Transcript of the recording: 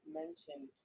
mentioned